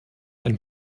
ein